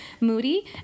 moody